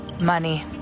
Money